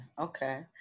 Okay